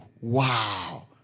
Wow